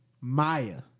Maya